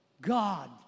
God